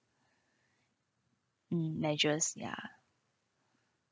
mm measures ya